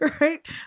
right